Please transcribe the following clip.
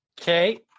Okay